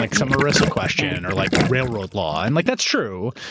like so marisa question or like railroad law, and like that's true.